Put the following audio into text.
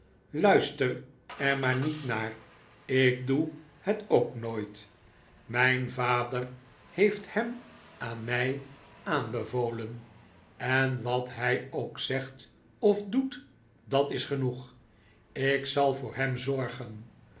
luister er maar niet naar ik doe het ook nooit mijn vader heeft hem aan mij aanbevoten en wat hij ook zegt of doet dat is genoeg ik zal voor hem zorgen